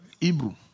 Hebrew